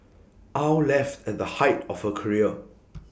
aw left at the height of her career